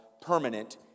permanent